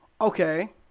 okay